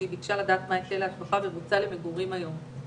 אתה יצאת רגע כשדיברנו על הנושא של התחדשות עירונית,